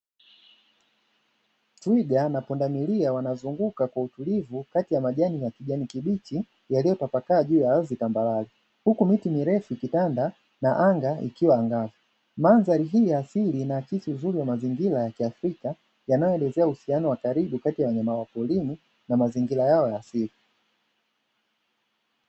Twiga na pundamilia wanazunguka kwa utulivu kati ya majani kilichi yaliyotapakaa juu ya ardhi tambarage huku miti mirefu kitanda na anga ikiwa angaza mandhari hii ya pili na sisi zuri wa mazingira ya kiafrika yanayoelezea uhusiano wa karibu kati ya wanyama wa porini na mazingira yao ya msingi.